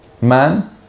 man